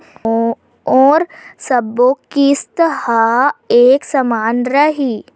का मोर सबो किस्त ह एक समान रहि?